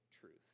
truth